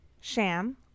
Sham